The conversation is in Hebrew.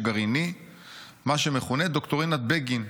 גרעיני (מה שמכונה 'דוקטרינת בגין',